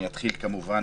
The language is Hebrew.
אני אתחיל כמובן